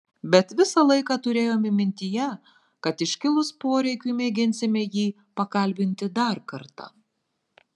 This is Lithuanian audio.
bet visą laiką turėjome mintyje kad iškilus poreikiui mėginsime jį pakalbinti dar kartą